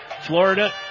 Florida